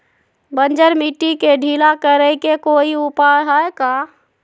बंजर मिट्टी के ढीला करेके कोई उपाय है का?